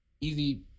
easy